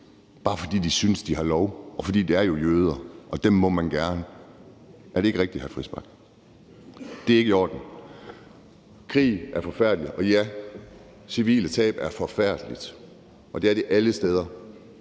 bare fordi de synes, at de har lov, at det jo erjøder, og at det må man gerne. Er det ikke rigtigt, hr. Christian Friis Bach? Det er ikke i orden. Krig er forfærdeligt, og ja, civile tab er forfærdelige, og det er det alle steder.